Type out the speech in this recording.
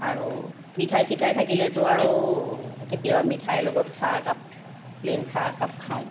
আৰু মিঠাই চিঠাই থাকিলেতো আৰু কেতিয়াবা মিঠাই লগত চাহ একাপ প্লেইন চাহ একাপ খাওঁ